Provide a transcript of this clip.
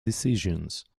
decisions